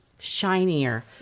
shinier